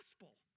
gospel